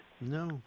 No